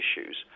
issues